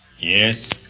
Yes